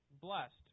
blessed